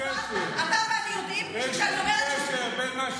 כי את לא מכירה את --- ולא מכירה ואומרת מה שאסור.